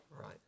Right